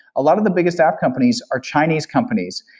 a lot of the biggest app companies are chinese companies,